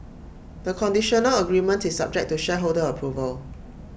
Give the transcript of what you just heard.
the conditional agreement is subject to shareholder approval